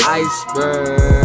iceberg